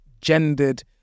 gendered